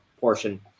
portion